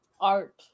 art